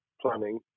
planning